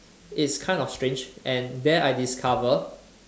it's kind of strange and there I discover